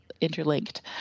interlinked